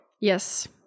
yes